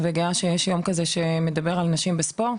בגלל שאנחנו ביום כזה שמדבר על נשים בספורט,